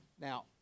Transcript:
now